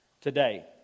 today